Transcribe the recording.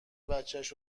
بچش